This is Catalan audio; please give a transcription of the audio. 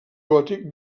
gòtic